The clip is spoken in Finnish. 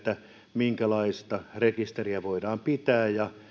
minkälaista rekisteriä voidaan pitää ja